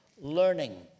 learning